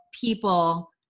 people